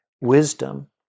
Wisdom